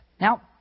Now